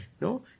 No